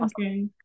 Okay